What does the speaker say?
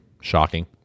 Shocking